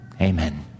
amen